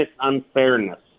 unfairness